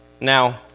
Now